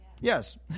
Yes